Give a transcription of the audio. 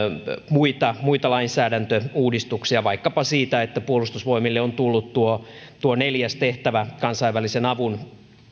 muita muita lainsäädäntöuudistuksia vaikkapa siitä että puolustusvoimille on tullut tuo tuo neljäs tehtävä kansainvälisen avun